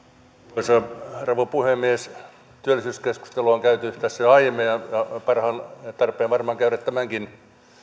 arvoisa rouva puhemies työlli syyskeskustelua on käyty tässä jo aiemmin ja on tarpeen varmaan käydä tämänkin